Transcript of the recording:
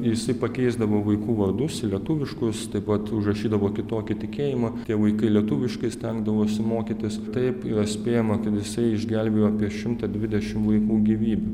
jisai pakeisdavo vaikų vardus į lietuviškus taip pat užrašydavo kitokį tikėjimą tie vaikai lietuviškai stengdavosi mokytis taip yra spėjama kad jisai išgelbėjo apie šimtą dvidešim vaikų gyvybių